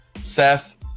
Seth